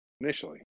initially